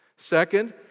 Second